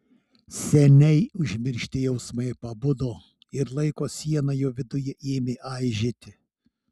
seniai užmiršti jausmai pabudo ir laiko siena jo viduje ėmė aižėti